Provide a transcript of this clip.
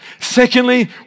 Secondly